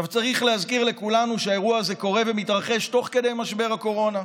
צריך להזכיר לכולנו שהאירוע הזה קורה ומתרחש תוך כדי משבר הקורונה.